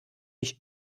mich